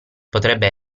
potrebbe